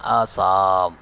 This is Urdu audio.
آسام